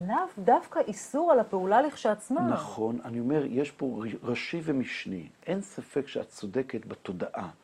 נב דווקא איסור על הפעולה לכשעצמה. נכון, אני אומר, יש פה ראשי ומשני. אין ספק שאת צודקת בתודעה.